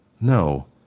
No